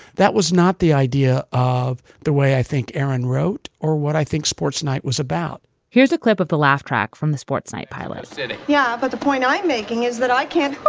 that was not the idea of the way i think aaron wrote or what i think sports night was about here's a clip of the laugh track from the sports night pilot yeah, but the point i'm making is that i can,